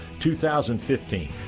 2015